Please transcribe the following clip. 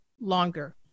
longer